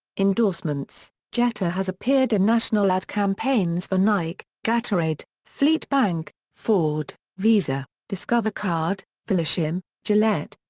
endorsements jeter has appeared in national ad campaigns for nike, gatorade, fleet bank, ford, visa, discover card, florsheim, gillette,